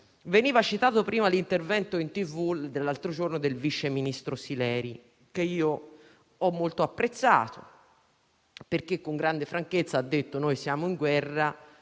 Veniva citato prima l'intervento in televisione dell'altro giorno del vice ministro Sileri, che ho molto apprezzato, perché con grande franchezza ha detto «noi siamo in guerra»